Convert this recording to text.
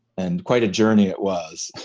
and quite a journey it was.